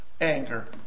Anger